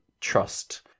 trust